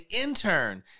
intern